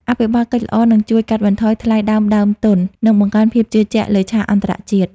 អភិបាលកិច្ចល្អនឹងជួយកាត់បន្ថយថ្លៃដើមដើមទុន និងបង្កើនភាពជឿជាក់លើឆាកអន្តរជាតិ។